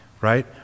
right